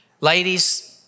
Ladies